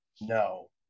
No